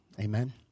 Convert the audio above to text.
Amen